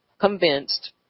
convinced